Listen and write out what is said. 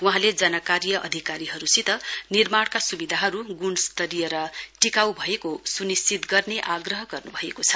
वहाँले जनकार्य अधिकारीहरुसित निर्माणका सुविधाहरु गुणस्तरीय र टिकाउ भएको सुनिश्चित गर्ने आग्रह गर्नुभएको छ